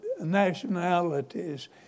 nationalities